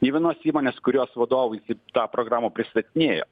nė vienos įmonės kurios vadovai tą programą pristatinėjo